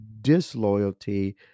disloyalty